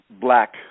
Black